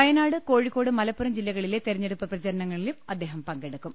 വയനാട് കോഴിക്കോട് മലപ്പുറം ജില്ലകളി തെരഞ്ഞെടുപ്പ് പ്രച രണങ്ങളിൽ അദ്ദേഹം പങ്കെടുക്കും